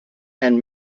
and